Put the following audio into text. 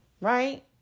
right